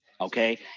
okay